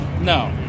No